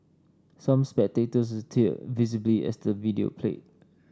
some spectators teared visibly as the video played